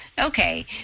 Okay